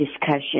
discussion